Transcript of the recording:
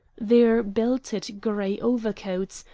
their belted gray overcoats,